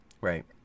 Right